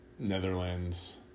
Netherlands